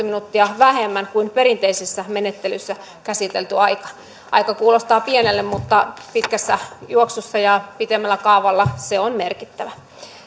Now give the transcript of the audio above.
minuuttia vähemmän kuin perinteisessä menettelyssä käsitelty aika aika kuulostaa pienelle mutta pitkässä juoksussa ja pidemmällä kaavalla se on merkittävä